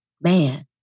man